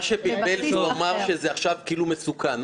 מה שבלבל זה שהוא אמר שזה עכשיו כאילו מסוכן.